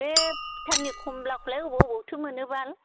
बे भुटाननि खमलाखौलाय अबाव अबावथो मोनो बाल